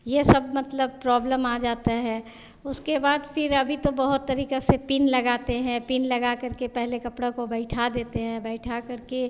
यह सब मतलब प्रॉब्लम आ जाती है उसके बाद फिर अभी तो बहुत तरीक़े से पिन लगाते हैं पिन लगा करके पहले कपड़े को बिठा देते हैं बिठा करके